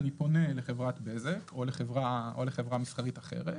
אני פונה לחברת בזק או לחברה מסחרית אחרת,